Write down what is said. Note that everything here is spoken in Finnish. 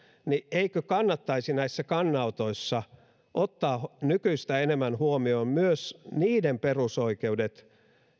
niin eikö kannattaisi näissä kannanotoissa ottaa nykyistä enemmän huomioon myös niiden perusoikeudet